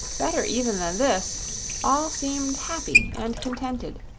better even than this all seemed happy and contented,